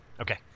okay